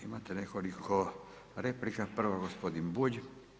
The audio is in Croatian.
Imate nekoliko replika, prva gospodin Bulj.